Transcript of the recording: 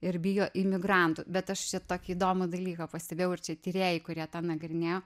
ir bijo imigrantų bet aš čia tokį įdomų dalyką pastebėjau ir čia tyrėjai kurie tą nagrinėjo